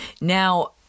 Now